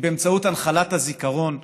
באמצעות הנחלת הזיכרון,